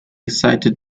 sighted